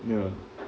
ya